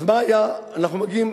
אנחנו מגיעים,